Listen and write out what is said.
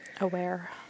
aware